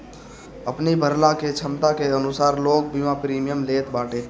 अपनी भरला के छमता के अनुसार लोग बीमा प्रीमियम लेत बाटे